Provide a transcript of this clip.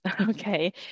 Okay